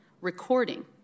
recording